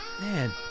Man